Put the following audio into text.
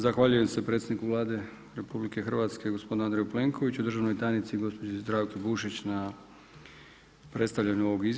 Zahvaljujem se predsjedniku Vlade RH gospodinu Andreju Plenkoviću, državnoj tajnici gospođi Zdravki Bušić na predstavljanju ovog izvješća.